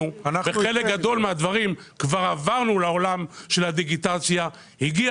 אנחנו בחלק גדול מהדברים כבר עברנו לעולם של הדיגיטציה והגיע